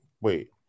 wait